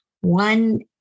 One